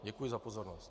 Děkuji za pozornost.